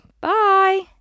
Bye